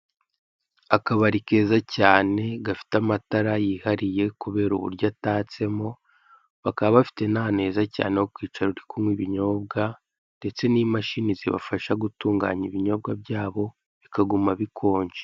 Akabari keza cyane gafite amatara yihariye kubera uburyo atatsemo, bakaba bafite n'ahantu heza cyane ho kwicara uri kunywa ibinyobwa ndetse n'imashini zibafasha gutunganya ibinyobwa byabo bikaguma bikonje.